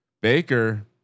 Baker